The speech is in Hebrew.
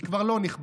היא כבר לא נכבדה.